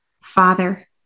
father